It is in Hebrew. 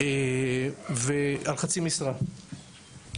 על חצי משרה,